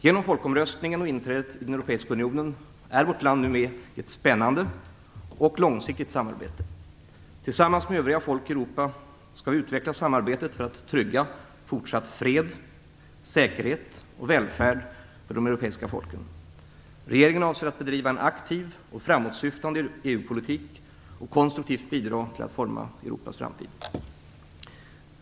Genom folkomröstningen och inträdet i den Europeiska unionen är vårt land nu med i ett spännande och långsiktigt samarbete. Tillsammans med övriga folk i Europa skall vi utveckla samarbetet för att trygga fortsatt fred, säkerhet och välfärd för de europeiska folken. Regeringen avser att bedriva en aktiv och framåtsyftande EU-politik och konstruktivt bidra till att forma Europas framtid.